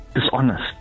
dishonest